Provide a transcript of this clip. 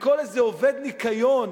לכל איזה עובד ניקיון